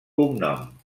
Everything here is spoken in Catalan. cognom